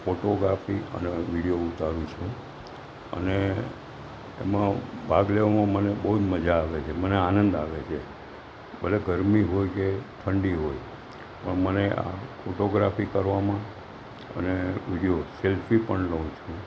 photography અને video ઉતારું છું અને એમાં ભાગ લેવામાં મને બહું જ મજા આવે છે મને આનંદ આવે છે ભલે ગરમી હોય કે ઠંડી હોય પણ મને આ ફોટોગ્રાફી કરવામાં અને વિડિયો સેલ્ફી પણ લઉં છું